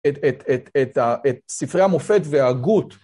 את את את את ה... את ספרי המופת וההגות